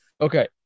Okay